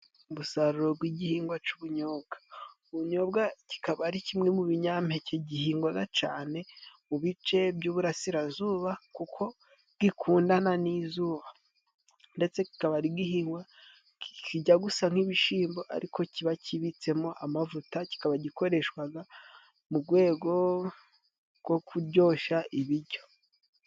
Umusaruro gw'igihingwa c'ubunyobwa. Ubunyobwa kikaba ari kimwe mu binyampeke gihingwaga cane mu bice by'iburarasirazuba, kuko gikundana n'izuba. Ndetse kikaba ari igihingwa kijya gusa nk'ibishimbo, ariko kikaba kibitsemo amavuta, kikaba gikoreshwaga mu gwego gwo kuryosha ibijyo.